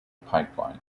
pipeline